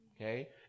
Okay